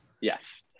Yes